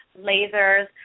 lasers